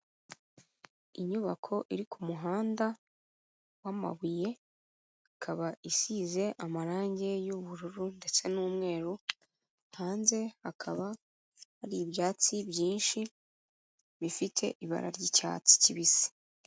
Inyubako iri ku muhanda w'amabuye, ikaba isize amarangi y'ubururu ndetse n'umweru, hanze hakaba hari ibyatsi byinshi bifite ibara ry'icyatsi kibisi.